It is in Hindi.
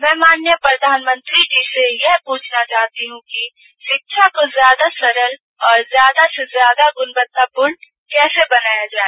मैं माननीय प्रधानमंत्री जी से यह प्रुछना चाहती हूँ कि रिक्षा को सरल और ज्यादा से ज्यादा गुणवत्तापूर्ण कैसे बनाया जाए